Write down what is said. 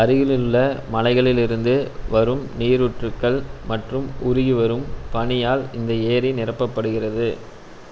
அருகிலுள்ள மலைகளிலிருந்து வரும் நீரூற்றுக்கள் மற்றும் உருகிவரும் பனியால் இந்த ஏரி நிரப்பப்படுகிறது